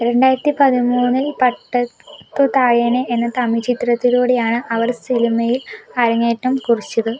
രണ്ടായിരത്തി പതിമൂന്നിൽ പട്ടത്തുതായാനൈ എന്ന തമിഴ് ചിത്രത്തിലൂടെയാണ് അവൾ സിനിമയിൽ അരങ്ങേറ്റം കുറിച്ചത്